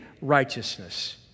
righteousness